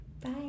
Bye